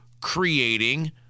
creating